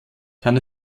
kann